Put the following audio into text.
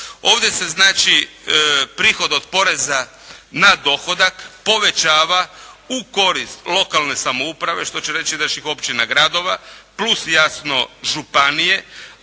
Ovdje se, znači prihod od poreza na dohodak povećava u korist lokalne samouprava, što će reći naših općina, gradova plus, jasno županije,